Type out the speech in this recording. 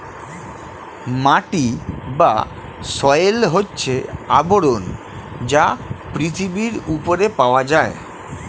মাটি বা সয়েল হচ্ছে আবরণ যা পৃথিবীর উপরে পাওয়া যায়